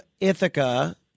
Ithaca